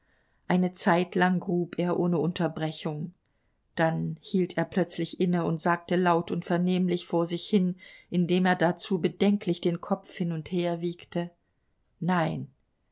eine zeitlang grub er ohne unterbrechung dann hielt er plötzlich inne und sagte laut und vernehmlich vor sich hin indem er dazu bedenklich den kopf hin und her wiegte nein